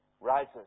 rises